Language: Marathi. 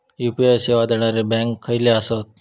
यू.पी.आय सेवा देणारे बँक खयचे आसत?